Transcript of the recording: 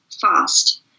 fast